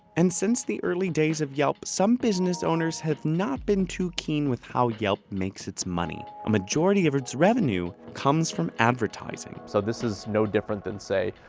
and since the early days of yelp, some business owners have not been too keen with how yelp makes its money. a majority of its revenue comes from advertising. so this is no different than, say,